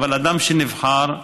אבל הוא אדם שנבחר במכרז,